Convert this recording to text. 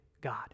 God